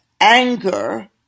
anger